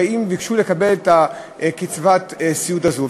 ממשפחה, שביקשו לקבל את קצבת הסיעוד הזאת.